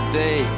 day